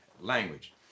language